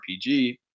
RPG